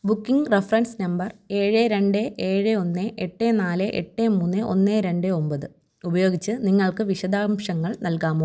booking reference number ഏഴ് രണ്ട് ഏഴ് ഒന്ന് എട്ട് നാല് എട്ട് മൂന്ന് ഒന്ന് രണ്ട് ഒമ്പത് ഉപയോഗിച്ച് നിങ്ങൾക്ക് വിശദാംശങ്ങൾ നൽകാമോ